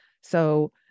So-